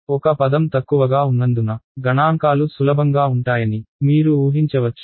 ఒక పదం తక్కువగా ఉన్నందున గణాంకాలు సులభంగా ఉంటాయని మీరు ఊహించవచ్చు